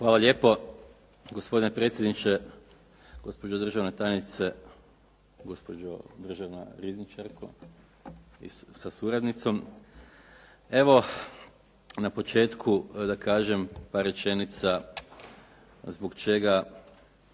Hvala lijepo. Gospodine predsjedniče, gospođo državna tajnice, gospođo državna rizničarko sa suradnicom. Evo, na početku da kažem par rečenica zbog čega